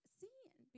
seeing